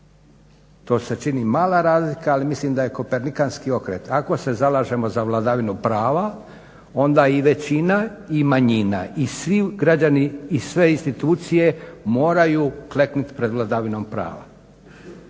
To se čini mala razlika, ali mislim da je kopernikanski okret. Ako se zalažemo za vladavinu prava onda i većina i manjina i svi građani i sve institucije moraju kleknuti pred vladavinom prava,